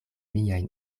miajn